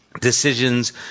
decisions